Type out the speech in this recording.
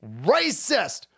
racist